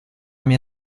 mia